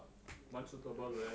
蛮 suitable 的 leh